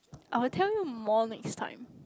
I will tell you more next time